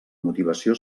motivació